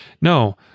no